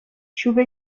چوب